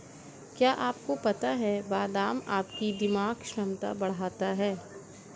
क्या आपको पता है बादाम आपकी दिमागी क्षमता बढ़ाता है?